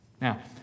Now